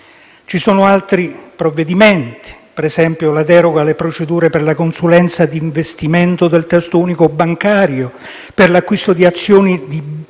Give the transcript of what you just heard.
Vi sono altri provvedimenti, per esempio, la deroga alle procedure per la consulenza di investimento del testo unico bancario per l'acquisto di azioni di banche